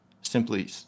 Simply